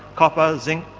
copper, zinc,